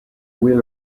wheel